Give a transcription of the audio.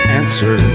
answer